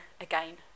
again